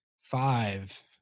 Five